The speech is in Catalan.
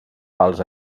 pels